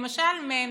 למשל מ'.